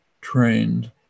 trained